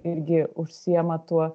irgi užsiima tuo